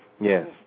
Yes